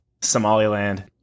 Somaliland